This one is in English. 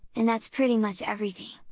and that's pretty much everything!